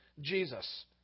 Jesus